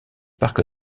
parcs